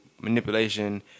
manipulation